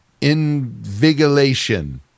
invigilation